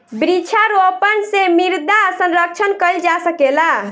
वृक्षारोपण से मृदा संरक्षण कईल जा सकेला